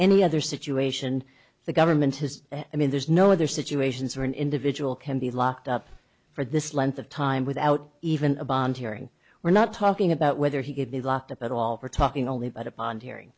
any other situation the government has i mean there's no other situations or an individual can be locked up for this length of time without even a bond hearing we're not talking about whether he could be locked up at all for talking only but upon hearing